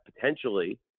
potentially